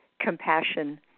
compassion